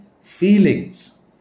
feelings